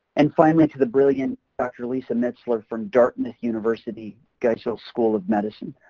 and finally to the brilliant dr. lisa mistler from dartmouth university, geisel school of medicine,